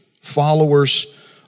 followers